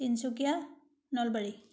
Tinsukia Nalbari